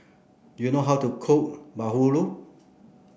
do you know how to cook Bahulu